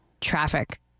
traffic